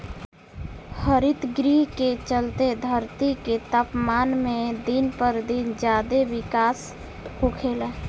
हरितगृह के चलते धरती के तापमान में दिन पर दिन ज्यादे बिकास होखेला